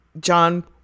John